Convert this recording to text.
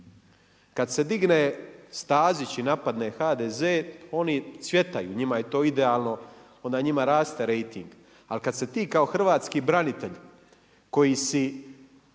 Kad se digne Stazić i napadne HDZ oni cvjetaju, njima je to idealno. Onda njima raste rejting, ali kada se ti kao hrvatski branitelj koji si